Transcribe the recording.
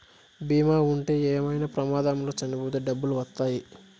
బీమా ఉంటే ఏమైనా ప్రమాదంలో చనిపోతే డబ్బులు వత్తాయి